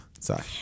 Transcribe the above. Sorry